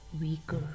weaker